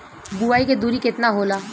बुआई के दूरी केतना होला?